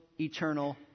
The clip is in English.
eternal